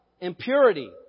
impurity